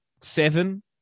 seven